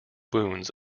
wounds